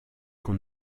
qu’on